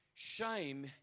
Shame